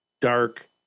dark